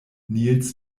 nils